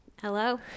Hello